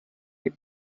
che